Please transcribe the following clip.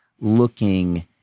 looking